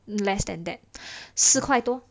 less than that 四块多